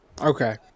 Okay